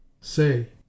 Say